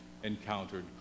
encountered